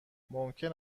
ممکن